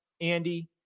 andy